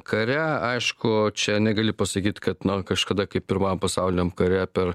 kare aišku čia negali pasakyt kad na kažkada kaip pirmajam pasauliniam kare per